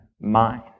mind